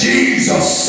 Jesus